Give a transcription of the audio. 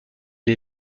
les